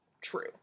True